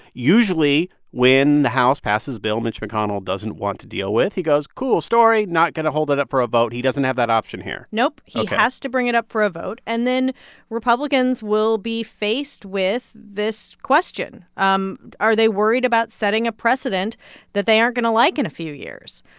usually, when the house passes a bill mitch mcconnell doesn't want to deal with, he goes, cool story not going to hold it up for a vote. he doesn't have that option here nope ok he has to bring it up for a vote. and then republicans will be faced with this question um are they worried about setting a precedent that they aren't going to like in a few years?